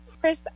Chris